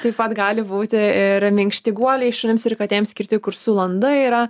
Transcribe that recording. taip pat gali būti ir minkšti guoliai šunims ir katėms skirti kur su landa yra